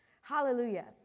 Hallelujah